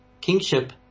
Kingship